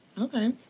Okay